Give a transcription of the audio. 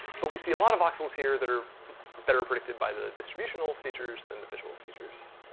but we see a lot of voxels here that are better predicted by the distributional features than the visual features.